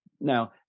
Now